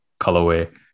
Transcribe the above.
colorway